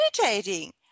meditating